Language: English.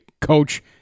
coach